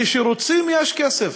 כשרוצים, יש כסף.